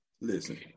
listen